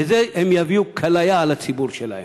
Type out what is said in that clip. ובזה הם יביאו כליה על הציבור שלהם.